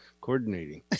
coordinating